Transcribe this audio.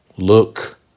Look